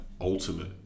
ultimate